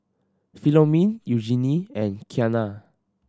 Philomene Eugenie and Kianna